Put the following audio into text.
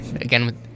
Again